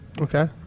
okay